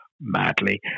madly